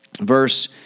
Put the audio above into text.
verse